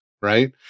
Right